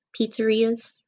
pizzerias